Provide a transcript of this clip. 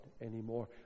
anymore